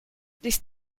these